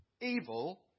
evil